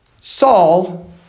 Saul